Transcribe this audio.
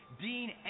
Dean